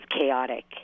chaotic